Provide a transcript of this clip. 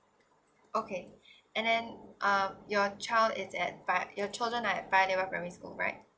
okay and then uh your child is at pa~ your children are at paya lebar primary school right